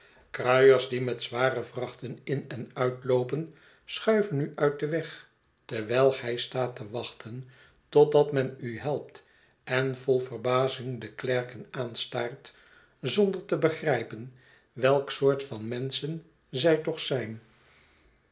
kruiers die met zware vrachten in en uitloopen schuiven u uit den weg terwijl gij staat te wachten totdat men u helpt en vol verbazing de klerken aanstaart zonder te begrijpen welk soort van menschen zij toch zijn